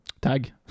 tag